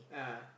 ah